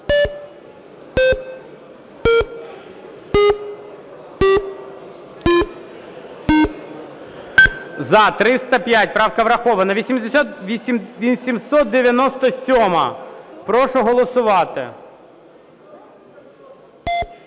За-305 Правка врахована. 897-а. Прошу голосувати.